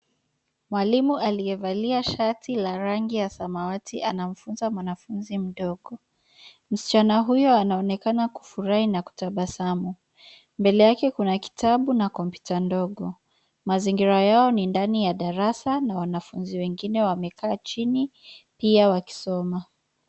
Mwalimu aliyevalia shati la rangi ya samawati anamfunza mwanafunzi mdogo. Msichana huyu anaonekana kufurahi na kutabasamu. Mbele yake kuna kitabu na kompyuta ndogo. Mazingira yao ni ndani ya darasa na wanafuzi wengine wamekaa chini pia wakisoma.